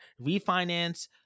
refinance